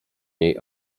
niej